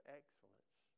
excellence